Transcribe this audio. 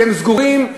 שהם סגורים,